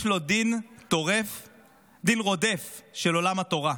יש לו דין רודף של עולם התורה.